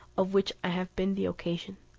of which i have been the occasion.